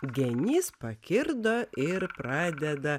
genys pakirdo ir pradeda